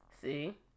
See